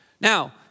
Now